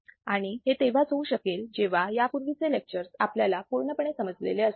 आणि हे तेव्हाच होऊ शकेल जेव्हा यापूर्वीचे लेक्चर आपल्याला पूर्णपणे समजले असतील